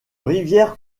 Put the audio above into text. rivière